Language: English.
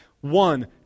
One